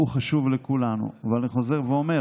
הוא חשוב לכולם, אבל אני חוזר ואומר